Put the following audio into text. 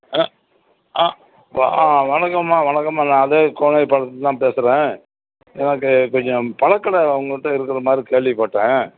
ஆ ஆ ஆ வணக்கம்மா வணக்கம்மா நான் அதே கோனேரிபாளையத்திலேருந்து தான் பேசுகிறேன் எனக்கு கொஞ்சம் பழக் கடை உங்கள்கிட்ட இருக்கிற மாதிரி கேள்விப்பட்டேன்